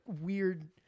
weird